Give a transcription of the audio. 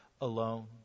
alone